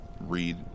read